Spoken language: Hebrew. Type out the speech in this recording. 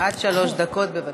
עד שלוש דקות, בבקשה.